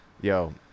yo